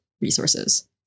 resources